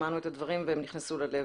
שמענו את הדברים והם נכנסו ללב.